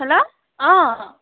hello অঁ